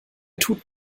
tut